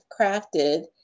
crafted